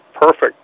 perfect